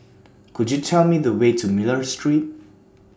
Could YOU Tell Me The Way to Miller Street